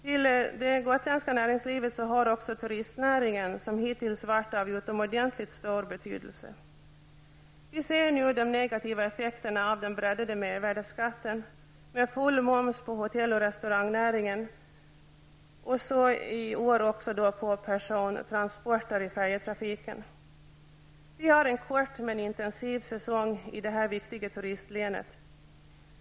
Till det gotländska näringslivet hör också turistnäringen. Den har hittills varit av utomordentligt stor betydelse. Vi ser nu de negativa effekterna av den breddade mervärdesskatten med full moms på hotell och restaurangnäringen samt i år också på persontransporter i färjetrafiken. Vi har en kort men intensiv säsong i detta viktiga turistlän.